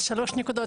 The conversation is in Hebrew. אז שלוש נקודות.